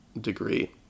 degree